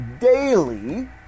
daily